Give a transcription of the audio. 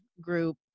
group